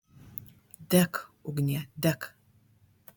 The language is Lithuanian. dek ugnie dek